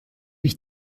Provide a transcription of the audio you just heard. ich